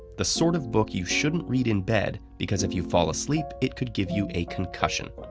the sort of book you shouldn't read in bed because if you fall asleep, it could give you a concussion,